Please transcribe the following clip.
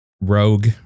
Rogue